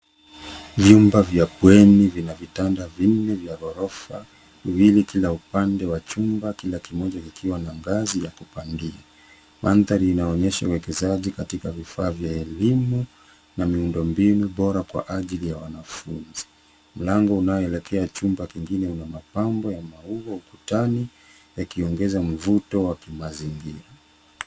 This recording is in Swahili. Vyumba vya bweni vina vitanda vingi vya ghorofa mbili kila upande wa chuma kila kimoja kikiwa na ngazi ya kupandia. Mandhari inaonyesha uwekezaji katika vifaa vya elimu na miundombinu bora kwa ajili ya wanafunzi. Mlango unaoelekea chumba kingine una mapambo ya maua ukutani yakiongeza mvuto wa kimazingira.